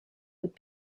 would